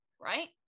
right